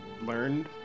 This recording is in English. learned